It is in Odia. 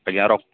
ଆଜ୍ଞା